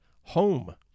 home